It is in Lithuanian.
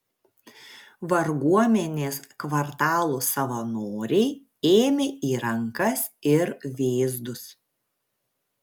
varguomenės kvartalų savanoriai ėmė į rankas ir vėzdus